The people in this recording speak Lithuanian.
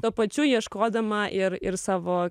tuo pačiu ieškodama ir ir savo